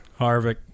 Harvick